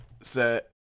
set